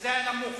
זה נמוך.